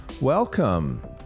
welcome